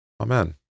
Amen